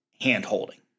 hand-holding